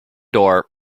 door